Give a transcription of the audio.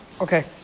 Okay